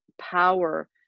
power